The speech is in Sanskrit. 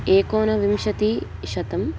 एकोनविंशतिः शतम्